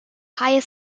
higher